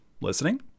listening